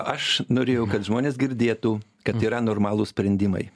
aš norėjau kad žmonės girdėtų kad yra normalūs sprendimai